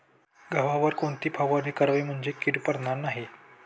गव्हावर कोणती फवारणी करावी म्हणजे कीड पडणार नाही?